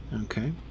Okay